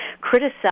criticize